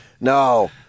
No